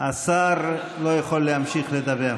השר לא יכול להמשיך לדבר.